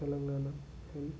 Telangana health